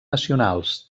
nacionals